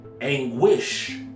anguish